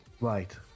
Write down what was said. right